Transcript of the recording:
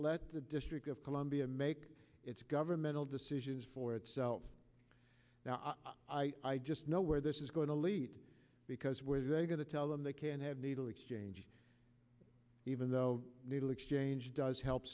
let the district of columbia make its governmental decisions for itself now i just know where this is going to lead because where they are going to tell them they can have needle exchange even though needle exchange does help